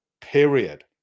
period